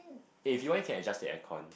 eh if you want you can adjust the air con